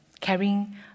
Carrying